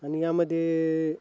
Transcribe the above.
आणि यामध्ये